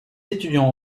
étudiants